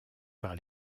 par